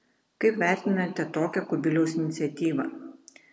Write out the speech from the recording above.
kaip vertinate tokią kubiliaus iniciatyvą